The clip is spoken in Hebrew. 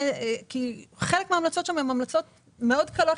חלק מההמלצות שם הן המלצות מאוד קלות